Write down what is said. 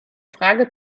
frage